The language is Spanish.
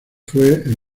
fue